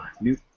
New